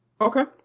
Okay